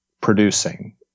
producing